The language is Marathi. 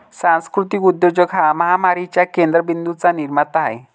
सांस्कृतिक उद्योजक हा महामारीच्या केंद्र बिंदूंचा निर्माता आहे